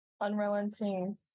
unrelenting